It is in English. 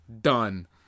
done